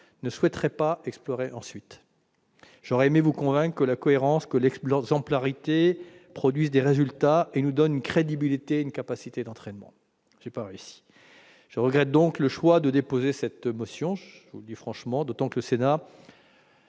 ne souhaiteraient pas, ensuite, exploiter. J'aurais aimé vous convaincre que la cohérence et l'exemplarité produisent des résultats et nous donnent une crédibilité et une capacité d'entraînement. Je n'ai pas réussi à vous convaincre et je regrette le choix de déposer cette motion- je le dis franchement -, d'autant que le Sénat